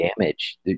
damage